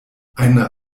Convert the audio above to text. eine